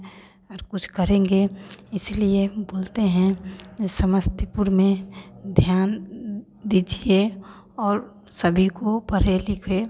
और कुछ करेंगे इसलिए बोलते हैं जे समस्तीपुर में ध्यान दीजिए और सभी को पढ़े लिखे